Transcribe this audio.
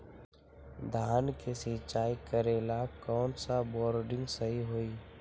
धान के सिचाई करे ला कौन सा बोर्डिंग सही होई?